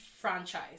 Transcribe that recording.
franchise